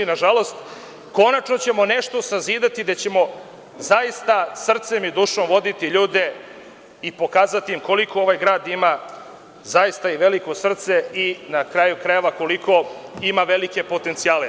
Konačno ćemo nešto sazidati, gde ćemo zaista srcem i dušom voditi ljude i pokazati koliko ovaj grad ima zaista veliko srce i, na kraju krajeva, velike potencijale.